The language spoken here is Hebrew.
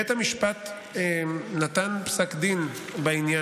בית המשפט נתן פסק דין בעניין,